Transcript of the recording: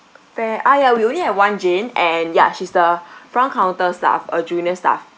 fair ah ya we only have one jane and ya she's the front counter staff a junior staff